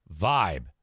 vibe